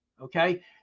okay